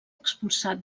expulsat